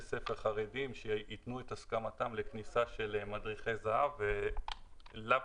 ספר חרדים ייתנו את הסכמתם לכניסת מדריכי זה"ב ולאו